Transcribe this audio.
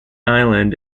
island